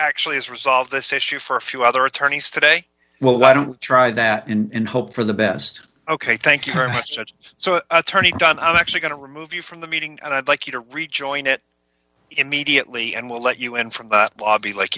actually is resolve this issue for a few other attorneys today well i don't try that and hope for the best ok thank you very much so attorney john i'm actually going to remove you from the meeting and i'd like you to rejoin it immediately and we'll let you in from the lobby like